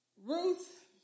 Ruth